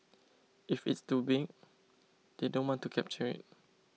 if it is too big they don't want to capture it